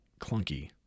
clunky